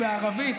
בערבית?